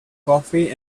coffee